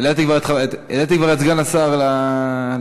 העליתי כבר את סגן השר לנאום.